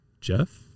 Jeff